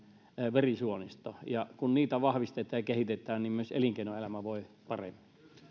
verisuonisto ja kun niitä vahvistetaan ja kehitetään niin myös elinkeinoelämä voi paremmin